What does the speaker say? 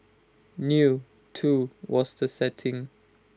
new too was the setting